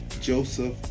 Joseph